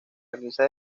realiza